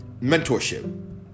Mentorship